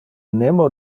nemo